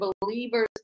believers